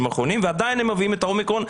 האחרונים ועדיין הם מביאים את האומיקרון,